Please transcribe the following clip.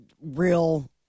real